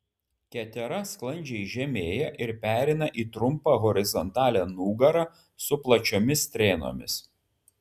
ketera sklandžiai žemėja ir pereina į trumpą horizontalią nugarą su plačiomis strėnomis